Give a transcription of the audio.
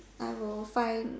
I will find